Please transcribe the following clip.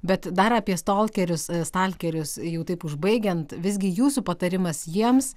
bet dar apie stalkerius stalkerius jau taip užbaigiant visgi jūsų patarimas jiems